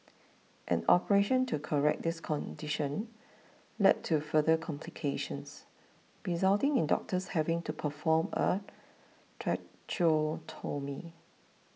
an operation to correct this condition led to further complications resulting in doctors having to perform a tracheotomy